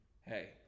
hey